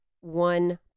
one